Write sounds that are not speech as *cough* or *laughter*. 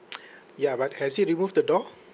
*noise* ya but has he removed the door